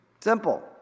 Simple